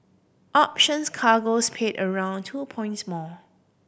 options cargoes paid around two points more